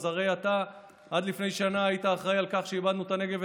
אז הרי אתה עד לפני שנה היית אחראי לכך שאיבדנו את הנגב,